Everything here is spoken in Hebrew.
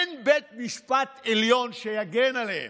אין בית משפט עליון שיגן עליהם,